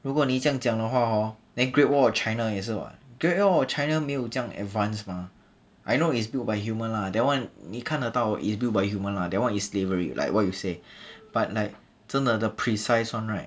如果你这样讲的话 hor then great wall of china 也是 [what] great wall of china 没有这样 advance mah I know is built by human lah that [one] 你看得到 is built by human lah that [one] is slavery like what you say but like 真的 the precise [one] right